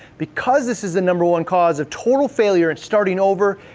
because this is a number one cause of total failure and starting over,